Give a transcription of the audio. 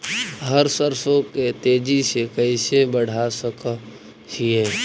हम सरसों के तेजी से कैसे बढ़ा सक हिय?